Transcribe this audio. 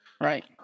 Right